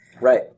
Right